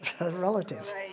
relative